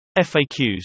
FAQs